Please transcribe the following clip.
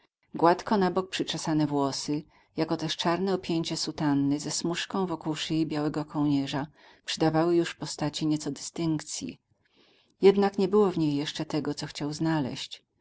gładko na bok przyczesane włosy jakoteż czarne opięcie sutanny ze smużką w okół szyi białego kołnierza przydawały już postaci nieco dystynkcji jednak nie było w niej jeszcze tego co chciał znaleźć